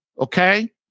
Okay